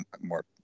more